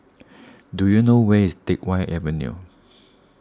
do you know where is Teck Whye Avenue